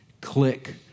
click